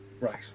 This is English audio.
Right